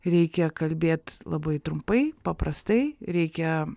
reikia kalbėt labai trumpai paprastai reikia